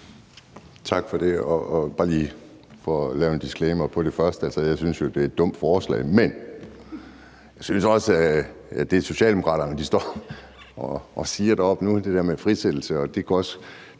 det første. Jeg synes, det er et dumt forslag, men så er der også det, Socialdemokraterne står og siger deroppe om frisættelse.